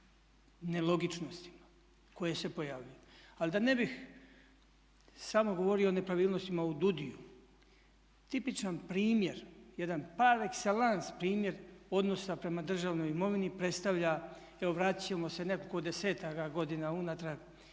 nelogičnostima koje se pojavljuju. Ali da ne bih samo govorio o nepravilnostima u DUDI-u, tipičan primjer, jedan par excellence primjer odnosa prema državnom imovini predstavlja, evo vratiti ćemo se nekoliko desetaka godina unatrag